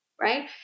right